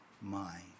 mind